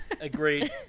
Agreed